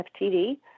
ftd